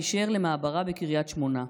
היישר למעברה בקריית שמונה.